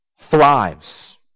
thrives